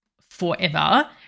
forever